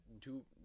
two